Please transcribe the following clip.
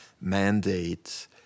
mandate